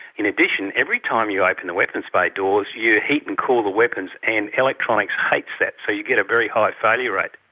in addition, every time you open the weapons bay doors you heat and cool the weapons, and electronics hates that, so you get a very high failure rate.